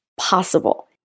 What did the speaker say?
possible